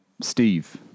Steve